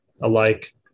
alike